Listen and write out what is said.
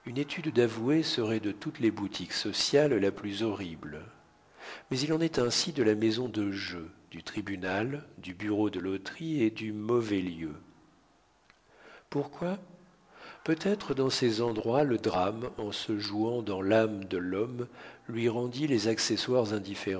une étude d'avoué serait de toutes les boutiques sociales la plus horrible mais il en est ainsi de la maison de jeu du tribunal du bureau de loterie et du mauvais lieu pourquoi peut-être dans ces endroits le drame en se jouant dans l'âme de l'homme lui rend-il les accessoires